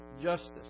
justice